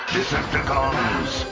Decepticons